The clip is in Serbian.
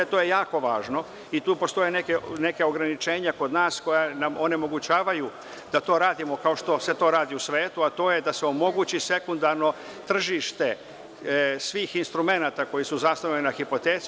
To je jako važno i tu postoje neka ograničenja kod nas koja nam onemogućavaju da to radimo kao što se to radi u svetu, a to je da se omogući sekundarno tržište svih instrumenata koji su zasnovani na hipoteci.